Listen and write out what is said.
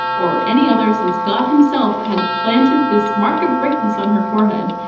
or any other since god himself had planted this mark of greatness on her forehead.